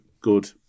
good